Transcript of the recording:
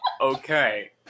Okay